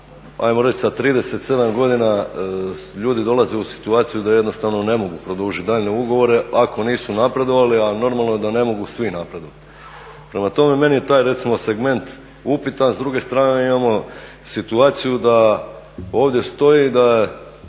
sa 37 godina ljudi dolaze u situaciju da jednostavno ne mogu produžiti daljnje ugovore ako nisu napredovali a normalno je da ne mogu svi napredovati. Prema tome, meni je taj recimo segment upitan. S druge strane imamo situaciju da ovdje stoji da se